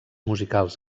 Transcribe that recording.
musicals